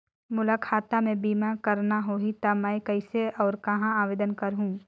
मोला खाता मे बीमा करना होहि ता मैं कइसे और कहां आवेदन करहूं?